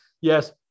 yes